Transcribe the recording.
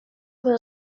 will